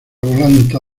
volanta